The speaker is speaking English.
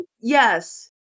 Yes